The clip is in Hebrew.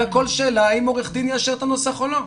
זה הכל שאלה האם עורך דין יאשר את הנוסח או לא.